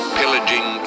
pillaging